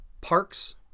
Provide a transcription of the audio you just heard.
parks